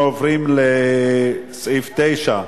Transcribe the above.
אנחנו עוברים לסעיף 9 בסדר-היום: